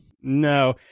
No